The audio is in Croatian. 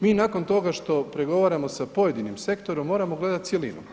Mi nakon toga što pregovaramo sa pojedinim sektorom moramo gledati cjelinu.